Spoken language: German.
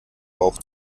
bauch